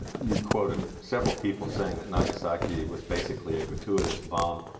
you quoted several people saying that nagasaki was basically a gratuitous bomb.